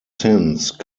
since